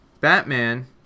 batman